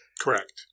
Correct